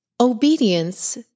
Obedience